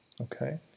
Okay